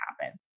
happen